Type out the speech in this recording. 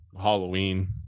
halloween